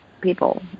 people